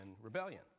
rebellion